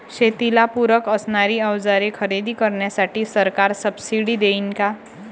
शेतीला पूरक असणारी अवजारे खरेदी करण्यासाठी सरकार सब्सिडी देईन का?